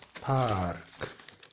park